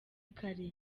kare